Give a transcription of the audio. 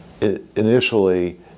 initially